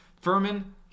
Furman